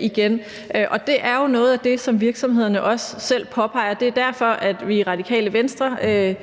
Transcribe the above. igen osv., og det er jo også noget af det, som virksomhederne selv påpeger. Det er derfor, vi i Radikale Venstre